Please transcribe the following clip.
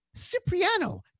Cipriano